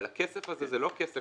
אבל הכסף זה זה לא --- בשוטף.